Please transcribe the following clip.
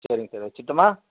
சரிங்க சார் வச்சிடட்டுமா